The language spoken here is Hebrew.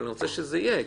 אני רוצה שזה יהיה.